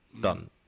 Done